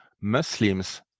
Muslims